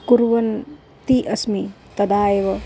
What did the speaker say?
कुर्वन्ती अस्मि तदा एव